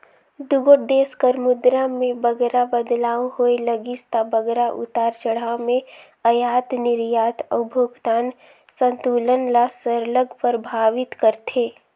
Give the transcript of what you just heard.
दुगोट देस कर मुद्रा में बगरा बदलाव होए लगिस ता बगरा उतार चढ़ाव में अयात निरयात अउ भुगतान संतुलन ल सरलग परभावित करथे